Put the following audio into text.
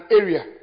area